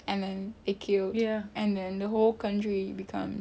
and then they kill and then the whole country becomes